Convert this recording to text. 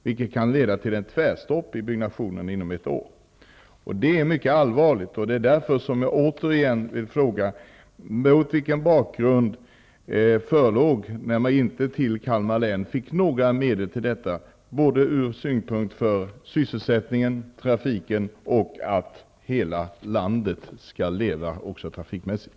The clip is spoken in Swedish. Detta kan leda till ett tvärstopp i byggandet inom ett år. Detta är mycket allvarligt, och det är därför jag återigen vill fråga: Vilken var bakgrunden till att Kalmar län inte fick några medel till detta? Jag ställer frågan, eftersom detta är viktigt för sysselsättningen, för trafiken och med tanke på att hela landet skall leva också trafikmässigt.